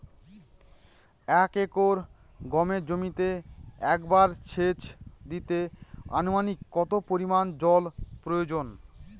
এক একর গমের জমিতে একবার শেচ দিতে অনুমানিক কত পরিমান জল প্রয়োজন?